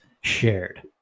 shared